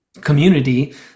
community